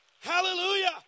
Hallelujah